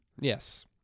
Yes